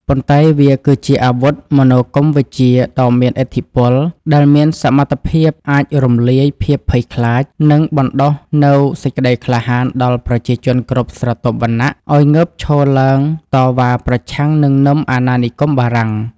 ប៉ុន្តែវាគឺជាអាវុធមនោគមវិជ្ជាដ៏មានឥទ្ធិពល ដែលមានសមត្ថភាពអាចរំលាយភាពភ័យខ្លាច និងបណ្តុះនូវសេចក្តីក្លាហានដល់ប្រជាជនគ្រប់ស្រទាប់វណ្ណៈឱ្យងើបឈរឡើងតវ៉ាប្រឆាំងនឹងនឹមអាណានិគមបារាំង។